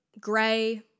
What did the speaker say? gray